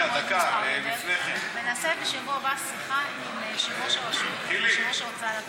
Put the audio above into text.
הצבעה במועד מאוחר יותר ונעשה בשבוע הבא שיחה עם יושב-ראש ההוצאה לפועל.